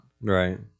right